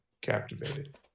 captivated